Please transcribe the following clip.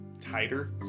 tighter